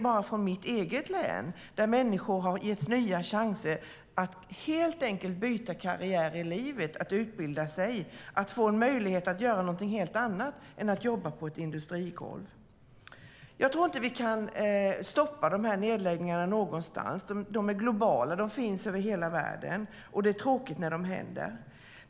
Bara i mitt eget län har människor getts nya chanser att helt enkelt byta karriär i livet, att utbilda sig, att få möjlighet att göra någonting helt annat än att jobba på ett industrigolv. Jag tror inte att vi kan stoppa nedläggningarna någonstans. De är globala. De finns över hela världen, och det är tråkigt när det händer.